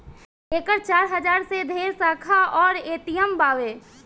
एकर चार हजार से ढेरे शाखा अउर ए.टी.एम बावे